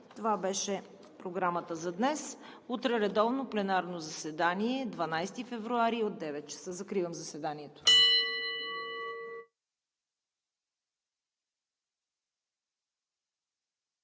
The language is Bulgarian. Това беше Програмата за днес. Утре редовно пленарно заседание, 12 февруари, от 9,00 ч. Закривам заседанието.